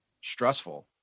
stressful